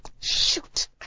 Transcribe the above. Shoot